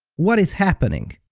what is happening?